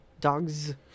dogs